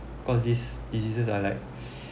cause these diseases are like